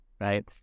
Right